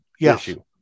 issue